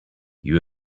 you